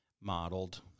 modeled